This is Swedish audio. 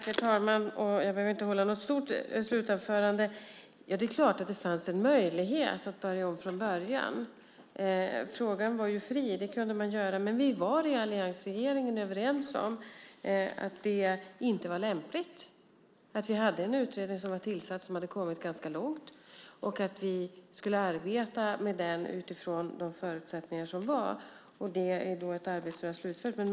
Herr talman! Jag behöver inte hålla något långt slutanförande. Det är klart att det fanns en möjlighet att börja om från början. Frågan var ju fri. Det kunde man göra. Men vi var i alliansregeringen överens om att det inte var lämpligt. Det fanns en utredning som var tillsatt och som hade kommit ganska långt. Vi var överens om att arbeta med den utifrån de förutsättningar som rådde. Det är ett arbete som nu är slutfört.